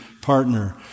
partner